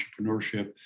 entrepreneurship